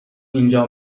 اینجا